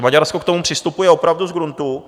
Maďarsko k tomu přistupuje opravdu z gruntu.